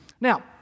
Now